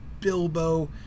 Bilbo